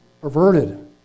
perverted